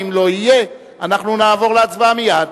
ואם הוא לא יהיה אנחנו נעבור להצבעה מייד.